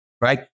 right